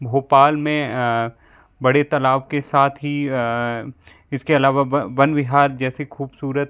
भोपाल में बड़े तलाब के साथ ही इसके अलावा वन विहार जैसी खूबसूरत